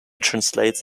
translates